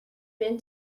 been